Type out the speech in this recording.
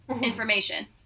information